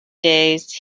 days